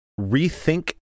rethink